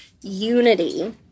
unity